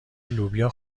لوبیا